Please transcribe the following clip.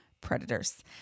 predators